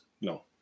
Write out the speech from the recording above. No